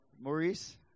Maurice